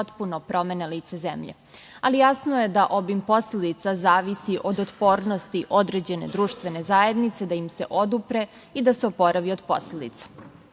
potpuno promene lice zemlje. Jasno je da obim posledica zavisi od otpornosti određene društvene zajednice da im se odupre i da se oporavi od posledica. Danas